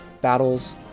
battles